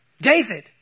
David